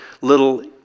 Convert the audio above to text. little